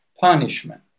punishment